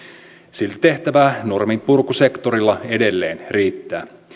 silti tehtävää norminpurkusektorilla edelleen riittää